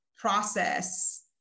process